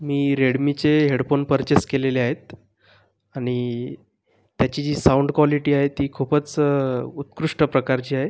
मी रेडमीचे headphone purchase केलेले आहेत आणि त्याची जी साऊंड क्वालिटी आहे ती खूपच उत्कृष्ट प्रकारची आहे